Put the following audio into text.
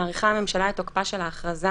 מאריכה הממשלה את תוקפה של ההכרזה